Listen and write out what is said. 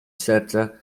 serce